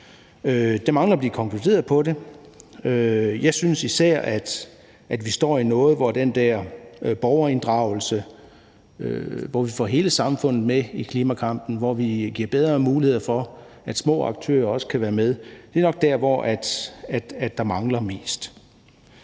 der mangler at blive konkluderet på det. Jeg synes især, at vi står i noget, hvor den der borgerinddragelse, hvor vi får hele samfundet med i klimakampen, og hvor vi giver bedre muligheder for, at små aktører også kan være med, nok er det, der mangler mest.